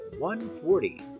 140